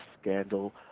scandal